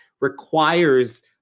requires